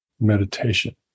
meditation